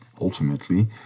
ultimately